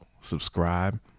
subscribe